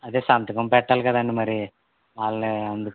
అదే సంతకం పెట్టాలి కదండి మరి వాళ్ళని అందుకు